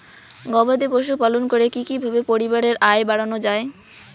গবাদি পশু পালন করে কি কিভাবে পরিবারের আয় বাড়ানো যায়?